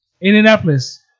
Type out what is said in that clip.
Indianapolis